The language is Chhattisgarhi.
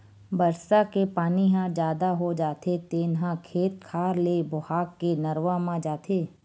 बरसा के पानी ह जादा हो जाथे तेन ह खेत खार ले बोहा के नरूवा म जाथे